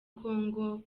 congo